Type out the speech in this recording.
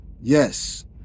yes